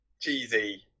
cheesy